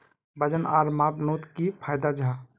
वजन आर मापनोत की फायदा जाहा?